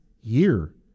year